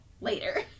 later